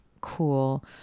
Cool